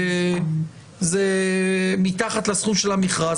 כי זה מתחת לסכום של המכרז,